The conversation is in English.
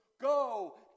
go